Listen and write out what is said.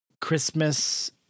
Christmas